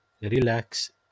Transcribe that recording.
relax